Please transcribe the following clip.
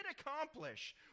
accomplish